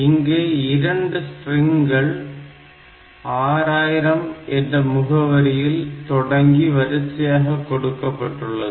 இங்கே 2 ஸ்ட்ரிங்கள் 6000 என்ற முகவரியில் தொடங்கி வரிசையாக கொடுக்கப்பட்டுள்ளது